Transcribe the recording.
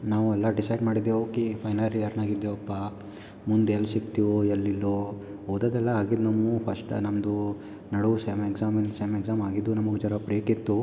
ನಾವೆಲ್ಲ ಡಿಸೈಡ್ ಮಾಡಿದ್ದೆವು ಈ ಫೈನಲ್ ಇಯರ್ನಾಗ ಇದ್ದೆವಪ್ಪಾ ಮುಂದೆ ಎಲ್ಲಿ ಸಿಕ್ತಿವೊ ಎಲ್ಲಿಲ್ಲೋ ಓದದೆಲ್ಲ ಆಗಿದ್ನಮ್ಮು ಫಸ್ಟ ನಮ್ಮದು ನಡು ಸೆಮ್ ಎಕ್ಸಾಮಿಂದು ಸೆಮ್ ಎಕ್ಸಾಮ್ ಆಗಿದ್ದು ನಮ್ಗೆ ಜರ ಬ್ರೇಕಿತ್ತು